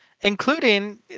Including